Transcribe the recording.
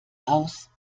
aus